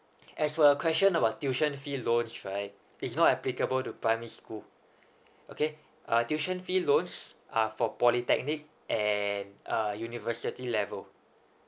as for your question about tuition fee loans right it's not applicable to primary school okay uh tuition fee loans are for polytechnic and uh university level